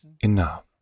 Enough